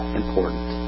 important